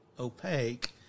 opaque